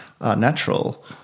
natural